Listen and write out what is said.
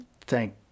thank